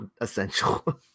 essential